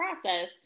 process